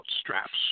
straps